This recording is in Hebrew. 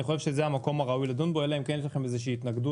אני חושב שזה המקום הראוי לדון בו אלא אם כן יש לכם איזושהי התנגדות.